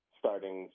starting